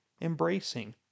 embracing